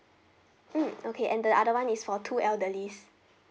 mm okay and the other [one] is for two elderlies